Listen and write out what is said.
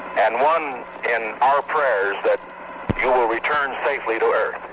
and one in our prayers that you will return safely to earth.